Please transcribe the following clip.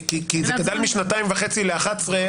כי זה גדל משנתיים וחצי ל-11,